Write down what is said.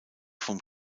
vom